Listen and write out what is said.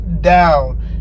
down